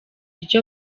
ryo